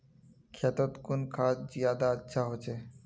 खेतोत कुन खाद ज्यादा अच्छा होचे?